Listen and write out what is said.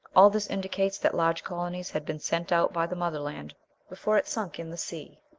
all this indicates that large colonies had been sent out by the mother-land before it sunk in the sea.